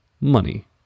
Money